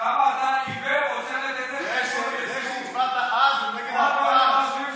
כמה אתה עיוור זה שהצבעת אז נגד ההקפאה,